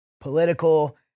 political